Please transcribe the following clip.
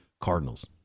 Cardinals